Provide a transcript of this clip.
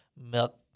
milk